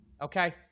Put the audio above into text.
Okay